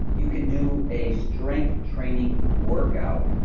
you can do a strength training workout,